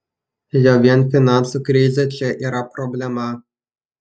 jau vien finansų krizė čia yra problema